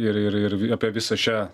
ir ir ir apie visą šią